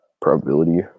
probability